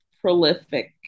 prolific